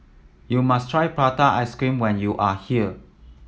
you must try prata ice cream when you are here